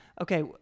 Okay